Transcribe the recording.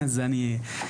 אז אני מצטער,